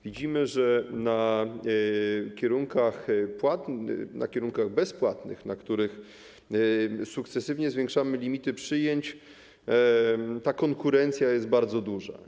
Widzimy, że na kierunkach bezpłatnych, na których sukcesywnie zwiększamy limity przyjęć, ta konkurencja jest bardzo duża.